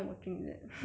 ya